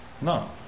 No